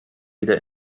wieder